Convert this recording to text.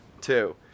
Two